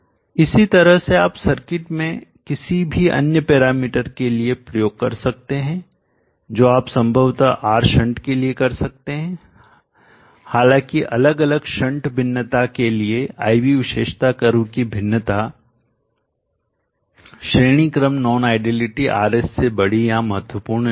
इसी तरह से आप सर्किट में किसी भी अन्य पैरामीटर के लिए प्रयोग कर सकते हैं जो आप संभवतः R शंट के लिए कर सकते हैं हालांकि अलग अलग शंट भिन्नता के लिए I V विशेषता कर्व की भिन्नताश्रेणीक्रम नॉन आइडियलिटी RS से बड़ी या महत्वपूर्ण नहीं है